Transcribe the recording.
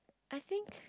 I think